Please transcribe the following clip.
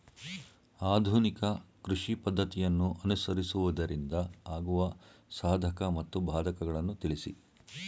ಆಧುನಿಕ ಕೃಷಿ ಪದ್ದತಿಯನ್ನು ಅನುಸರಿಸುವುದರಿಂದ ಆಗುವ ಸಾಧಕ ಮತ್ತು ಬಾಧಕಗಳನ್ನು ತಿಳಿಸಿ?